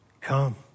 Come